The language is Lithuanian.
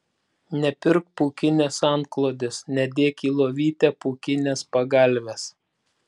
nepirk pūkinės antklodės nedėk į lovytę pūkinės pagalvės